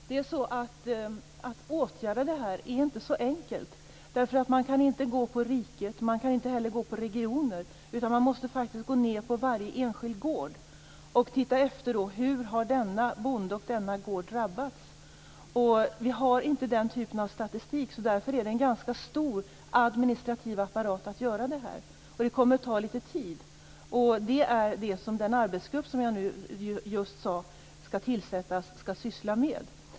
Herr talman! Att åtgärda detta är inte så enkelt, därför att man kan inte gå på riket och man kan inte heller gå på regioner, utan man måste faktiskt gå ned på varje enskild gård och se efter: Hur har denna bonde och denna gård drabbats. Vi har inte den typen av statistik. Därför är det en ganska stor administrativ apparat att göra detta, och det kommer att ta lite tid. Det är det som den arbetsgrupp vilken jag nyss nämnde skall tillsättas skall syssla med.